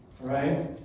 Right